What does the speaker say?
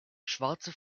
schwarze